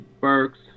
Burks